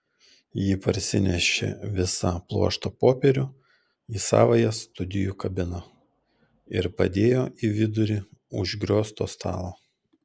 ji parsinešė visą pluoštą popierių į savąją studijų kabiną ir padėjo į vidurį užgriozto stalo